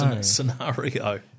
scenario